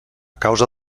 causa